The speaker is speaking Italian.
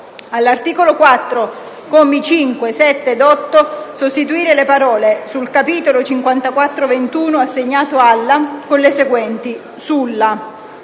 all'articolo 4, commi 5, 7 e 8, sostituire le parole «sul capitolo 5421 assegnato alla» con le seguenti: «sulla»;